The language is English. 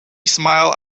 smile